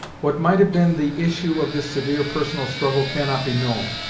what might have been the issue of this severe personal struggle cannot be known,